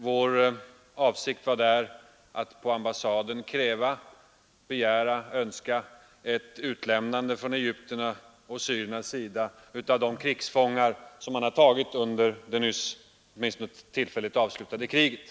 Vår avsikt var att på ambassaden framföra önskan om, begära eller kräva att egyptierna och syrierna skulle utlämna de krigsfångar som de tagit under det nyss, åtminstone tillfälligt, avslutade kriget.